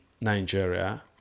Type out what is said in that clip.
Nigeria